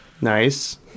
Nice